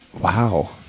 wow